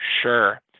sure